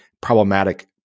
problematic